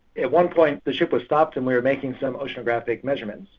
at one point the ship was stopped and we were making some oceanographic measurements.